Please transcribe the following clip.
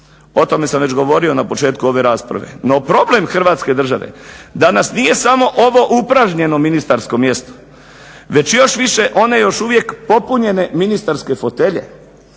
o tome sam već govorio na početku ove rasprave, no problem Hrvatske države danas nije samo ovo upražnjeno ministarsko mjesto, već i još više one još uvijek popunjene ministarske fotelje.